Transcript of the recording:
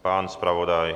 Pan zpravodaj?